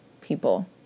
people